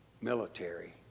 military